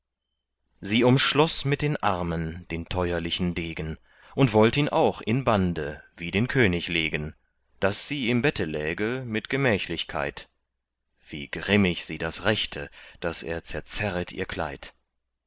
sie umschloß mit den armen den teuerlichen degen und wollt ihn auch in bande wie den könig legen daß sie im bette läge mit gemächlichkeit wie grimmig sie das rächte daß er zerzerret ihr kleid